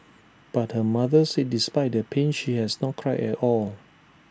but her mother said despite the pain she has not cried at all